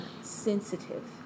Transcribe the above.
Sensitive